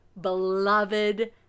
beloved